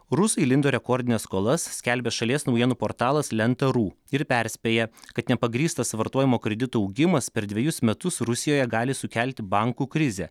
rusai įlindo į rekordines skolas skelbia šalies naujienų portalas lenta ru ir perspėja kad nepagrįstas vartojimo kreditų augimas per dvejus metus rusijoje gali sukelti bankų krizę